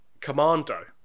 Commando